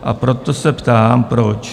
A proto se ptám, proč.